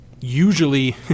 Usually